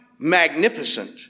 Magnificent